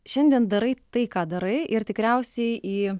šiandien darai tai ką darai ir tikriausiai į